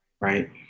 right